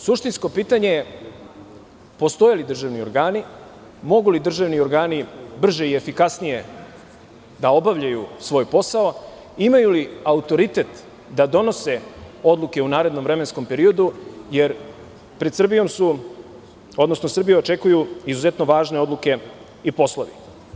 Suštinsko pitanje je, postoje li državni organi, mogu li držani organi brže i efikasnije da obavljaju svoj posao, imaju li autoritet da donose odluke o narednom vremenskom periodu, jer pred Srbijom su, odnosno, Srbiju očekuju izuzetno važne odluke i poslovi?